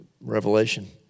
Revelation